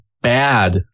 bad